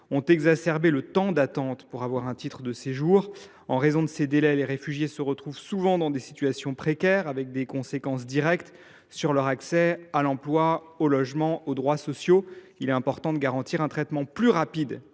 préalables à la réception d’un titre de séjour. En raison de ces délais, les réfugiés se trouvent souvent dans des situations précaires, ce qui a des conséquences directes sur leur accès à l’emploi, au logement, aux droits sociaux. Il est important de garantir un traitement plus rapide